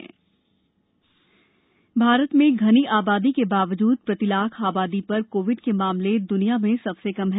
corona देश भारत में घनी आबादी के बावजूद प्रति लाख आबादी पर कोविड के मामले दुनिया में सबसे कम हैं